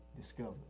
discovered